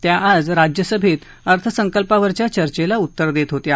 त्या आज राज्यसभतअर्थसंकल्पावरच्या चर्चेला उत्तर दक्षहोत्या